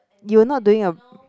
you were not doing a